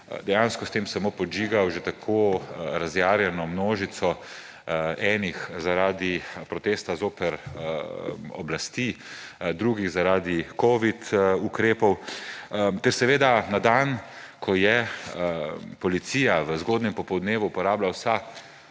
dejansko s tem samo podžigal že tako razjarjeno množico enih zaradi protesta zoper oblast, drugih zaradi covid ukrepov. Ker seveda na dan, ko je policija v zgodnjem popoldnevu uporabila vsa